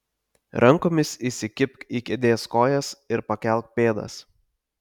rankomis įsikibk į kėdės kojas ir pakelk pėdas